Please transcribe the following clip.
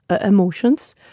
emotions